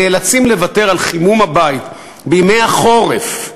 נאלצים לוותר על חימום הבית בימי החורף,